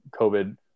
COVID